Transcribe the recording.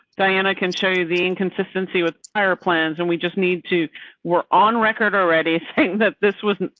diana can show the inconsistency with our plans and we just need to we're on record already saying that this was.